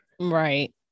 right